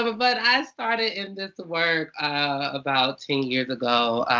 um but i started in this work about ten years ago.